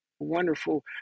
wonderful